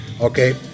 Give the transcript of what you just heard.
Okay